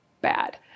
bad